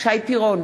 שי פירון,